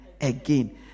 again